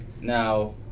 Now